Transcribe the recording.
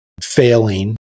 failing